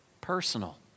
personal